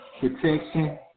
Protection